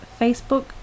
Facebook